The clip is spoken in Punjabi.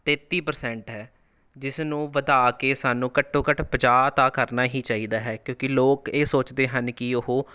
ਤੇਤੀ ਪ੍ਰਸੈਂਟ ਹੈ ਜਿਸ ਨੂੰ ਵਧਾ ਕੇ ਸਾਨੂੰ ਘੱਟੋ ਘੱਟ ਪੰਜਾਹ ਤਾਂ ਕਰਨਾ ਹੀ ਚਾਹੀਦਾ ਹੈ ਕਿਉਂਕਿ ਲੋਕ ਇਹ ਸੋਚਦੇ ਹਨ ਕਿ ਉਹ